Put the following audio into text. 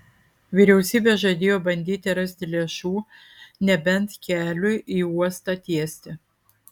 vyriausybė žadėjo bandyti rasti lėšų nebent keliui į uostą tiesti